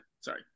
sorry